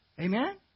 Amen